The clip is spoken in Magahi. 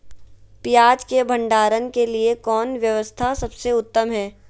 पियाज़ के भंडारण के लिए कौन व्यवस्था सबसे उत्तम है?